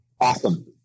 awesome